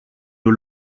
nos